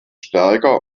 stärker